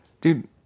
dude